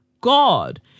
God